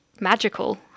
magical